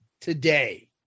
today